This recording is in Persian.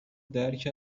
درک